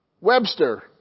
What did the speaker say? Webster